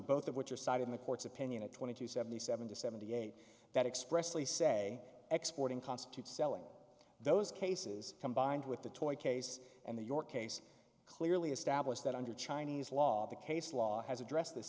both of which are side in the court's opinion and twenty two seventy seven to seventy eight that expressly say exporting constitutes selling those cases combined with the toy case and the your case clearly established that under chinese law the case law has addressed th